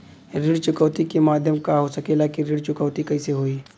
ऋण चुकौती के माध्यम का हो सकेला कि ऋण चुकौती कईसे होई?